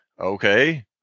Okay